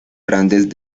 grandes